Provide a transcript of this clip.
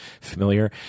familiar